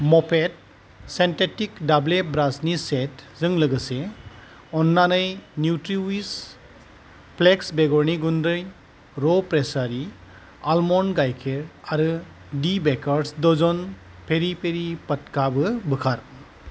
मपेड synthetic दाब्ले ब्रासनि सेटजों लोगोसे अन्नानै न्युट्रिविस प्लेक्स बेगरनि गुन्दै र' प्रेसारी आलमन्ड गाइखेर आरो दि बेकार्स दजन पेरि पेरि फटकाबो बोखार